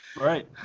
right